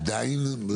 עדיין?